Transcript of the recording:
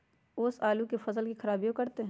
ओस आलू के फसल के खराबियों करतै?